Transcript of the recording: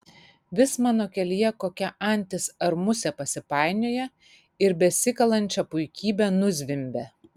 vis mano kelyje kokia antis ar musė pasipainioja ir besikalančią puikybę nuzvimbia